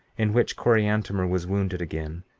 in which coriantumr was wounded again,